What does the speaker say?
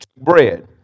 bread